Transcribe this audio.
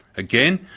again,